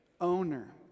Owner